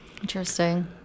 interesting